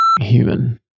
human